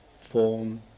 Form